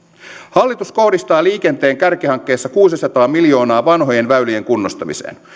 hallitus kohdistaa liikenteen kärkihankkeessa kuusisataa miljoonaa vanhojen väylien kunnostamiseen